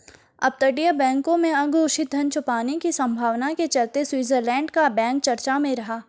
अपतटीय बैंकों में अघोषित धन छुपाने की संभावना के चलते स्विट्जरलैंड का बैंक चर्चा में रहा